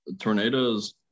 tornadoes